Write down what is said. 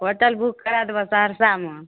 hotel book करा देबय सहरसामे